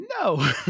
no